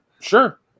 Sure